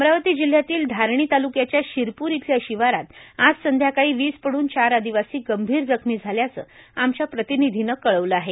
अमरावती जिल्ह्यातील धारणी तालुक्याच्या शिरपूर इथल्या शिवारात आज संध्याकाळी वीज पडून चार आदिवासी गंभीर जखमी झाल्याचं आमच्या प्रतिनिधीनं कळवलं आहे